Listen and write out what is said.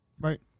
Right